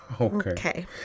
Okay